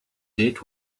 did